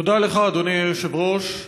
תודה לך, אדוני היושב-ראש.